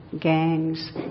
gangs